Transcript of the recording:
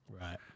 Right